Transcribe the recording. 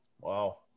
Wow